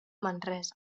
manresa